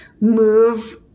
move